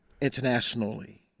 internationally